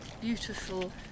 beautiful